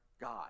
God